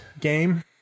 game